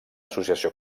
associació